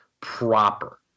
proper